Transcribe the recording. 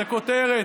זאת כותרת,